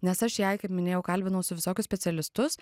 nes aš jai kaip minėjau kalbinausi visokius specialistus